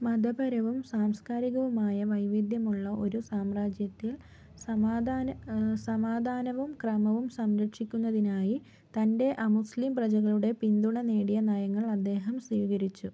മതപരവും സാംസ്കാരികവുമായ വൈവിധ്യമുള്ള ഒരു സാമ്രാജ്യത്തിൽ സമാധാ സമാധാനവും ക്രമവും സംരക്ഷിക്കുന്നതിനായി തന്റെ അമുസ്ലിം പ്രജകളുടെ പിന്തുണ നേടിയ നയങ്ങൾ അദ്ദേഹം സ്വീകരിച്ചു